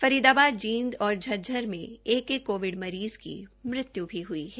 फरीदाबाद जींद और झज्जर में एक एक कोविड मरीज़ की मृत्य् भी हुई है